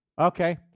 Okay